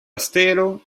stelo